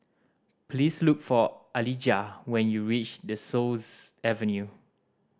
please look for Alijah when you reach De Souza Avenue